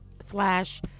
slash